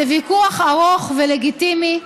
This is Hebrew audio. זה ויכוח ארוך ולגיטימי.